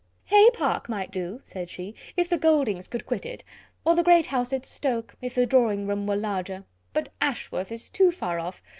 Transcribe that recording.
haye park might do, said she, if the gouldings could quit it or the great house at stoke, if the drawing-room were larger but ashworth is too far off!